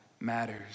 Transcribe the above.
matters